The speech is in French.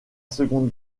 seconde